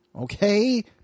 Okay